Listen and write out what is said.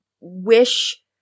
wish